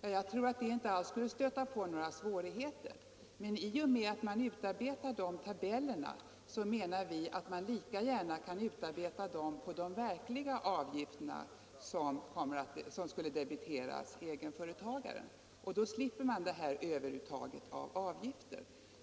Jag tror inte alls det skulle stöta på några svårigheter. Vi menar dock att man lika gärna kan utarbeta dessa tabeller på de verkliga avgifter som borde debiteras egenföretagaren. Då slipper man det här överuttaget av avgifter.